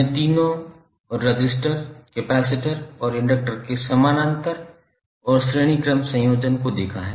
हमने तीनों resistor capacitor और इंडकटर् के समानांतर और श्रेणी क्रम संयोजन को देखा